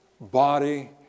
body